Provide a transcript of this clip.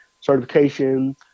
certification